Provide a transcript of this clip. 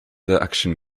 action